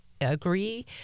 agree